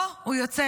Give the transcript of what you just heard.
אוה, הוא יוצא.